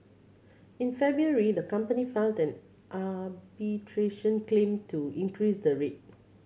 in February the company filed an arbitration claim to increase the rate